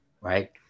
right